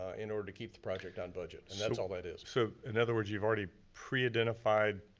ah in order to keep the project on budget. and that's all that is. so in other words you've already pre-identified